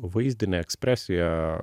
vaizdinė ekspresija